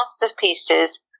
masterpieces